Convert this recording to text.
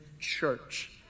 Church